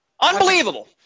Unbelievable